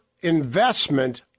investment